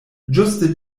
ĝuste